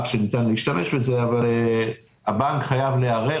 שניתן להשתמש בהם אבל הבנק חייב להיערך,